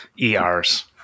ers